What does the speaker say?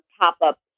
pop-up